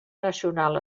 nacional